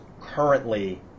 currently